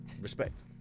respect